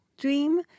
dream